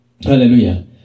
Hallelujah